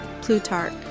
Plutarch